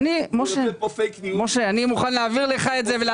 אני מוכן להעביר לך את זה.